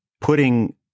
putting